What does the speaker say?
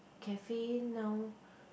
cafe now